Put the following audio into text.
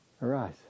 Arise